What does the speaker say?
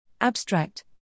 Abstract